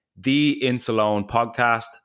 theinsalonepodcast